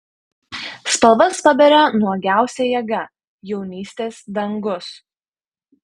spalvas paberia nuogiausia jėga jaunystės dangus